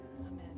Amen